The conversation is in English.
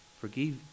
forgive